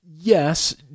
Yes